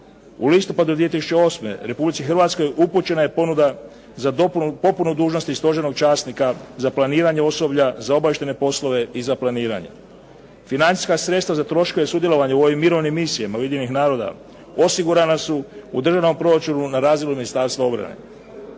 U listopadu 2008. Republici Hrvatskoj upućena je ponuda za popunu dužnosti stožernog časnika za planiranje osoblja, za obavještajne poslove i za planiranje. Financijska sredstva za troškove sudjelovanja u mirovnim misijama Ujedinjenih naroda osigurana su u državnom proračunu na razinu Ministarstva obrane.